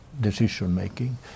decision-making